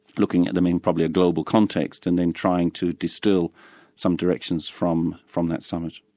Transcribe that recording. looking at them in probably a global context, and then trying to distil some directions from from that summit.